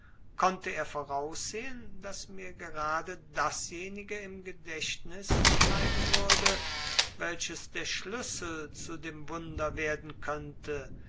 konnte er voraussehen daß mir gerade dasjenige im gedächtnis bleiben würde welches der schlüssel zu dem wunder werden könnte